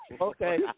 Okay